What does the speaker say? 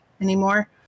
anymore